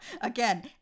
Again